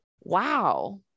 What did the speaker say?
Wow